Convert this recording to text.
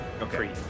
Okay